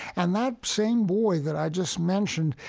and that same boy that i just mentioned,